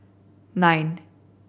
nine